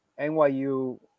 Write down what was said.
NYU